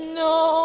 no